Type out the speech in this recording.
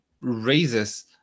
raises